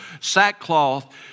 sackcloth